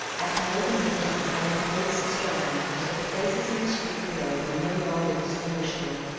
at my open window i had played sister ann until the faces in the street below were no longer distinguishable.